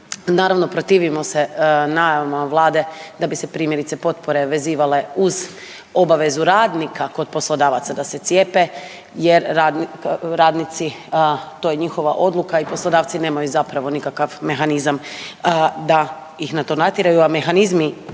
naravno protivimo se najavama vlade da bi se primjerice potpore vezivale uz obavezu radnika kod poslodavaca da se cijepe jer radnici, to je njihova odluka i poslodavci nemaju zapravo nikakav mehanizam da ih na to natjeraju, a mehanizmi